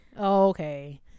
Okay